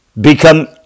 become